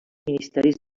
ministeris